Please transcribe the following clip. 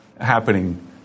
happening